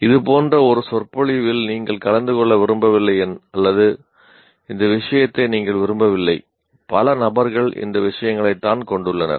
இது போன்ற ஒரு சொற்பொழிவில் நீங்கள் கலந்து கொள்ள விரும்பவில்லை அல்லது இந்த விஷயத்தை நீங்கள் விரும்பவில்லை பல நபர்கள் இந்த விஷயங்களைத்தான் கொண்டுள்ளனர்